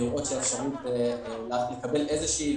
האפשרות לקבל איזושהי